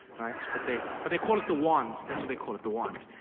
but they but they call it the wand. that's what they call it, the wand.